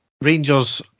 Rangers